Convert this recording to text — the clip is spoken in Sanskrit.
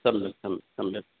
सम्यक् सम्यक् सम्यक्